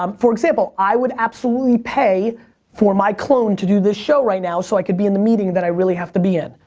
um for example, i would absolutely pay for my clone to do this show right now so i could be in the meeting that i really have to be in,